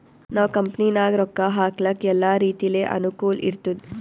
ನಾವ್ ಕಂಪನಿನಾಗ್ ರೊಕ್ಕಾ ಹಾಕ್ಲಕ್ ಎಲ್ಲಾ ರೀತಿಲೆ ಅನುಕೂಲ್ ಇರ್ತುದ್